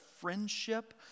friendship